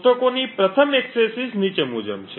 કોષ્ટકોની પ્રથમ accesses નીચે મુજબ છે